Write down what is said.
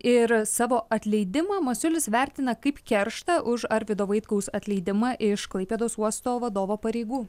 ir savo atleidimą masiulis vertina kaip kerštą už arvydo vaitkaus atleidimą iš klaipėdos uosto vadovo pareigų